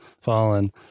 fallen